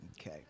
Okay